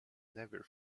never